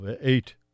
eight